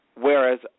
whereas